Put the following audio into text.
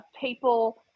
people